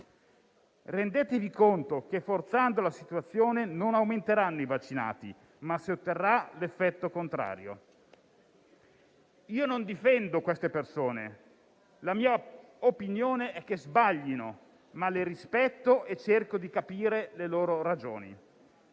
Rendetevi conto che, forzando la situazione, non aumenteranno i vaccinati, ma si otterrà l'effetto contrario. Io non difendo quelle persone. La mia opinione è che sbaglino, ma le rispetto e cerco di capire le loro ragioni.